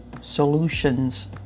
solutions